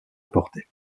porter